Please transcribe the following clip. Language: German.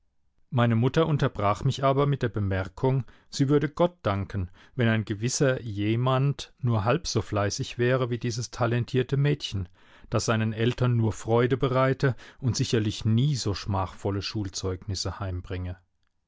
meine mutter unterbrach mich aber mit der bemerkung sie würde gott danken wenn ein gewisser jemand nur halb so fleißig wäre wie dieses talentierte mädchen das seinen eltern nur freude bereite und sicherlich nie so schmachvolle schulzeugnisse heimbringe